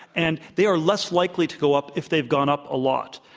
and they are less likely to go up if they've gone up a lot.